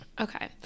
Okay